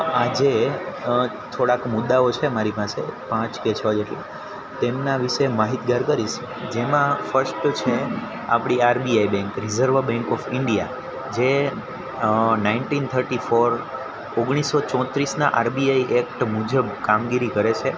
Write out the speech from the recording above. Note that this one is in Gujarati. આજે થોડાંક મુદાઓ છે મારી પાસે પાંચ કે છ જેટલા તેમના વિશે માહિતગાર કરીશ જેમાં ફર્સ્ટ છે આપણી RBI bank reserve bank of India જે નાઈન્ટીન થર્ટી ફોર ઓગણીસો ચોત્રીસના આરબીઆઈ એક્ટ મુજબ કામગીરી કરે છે